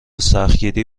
سختگیری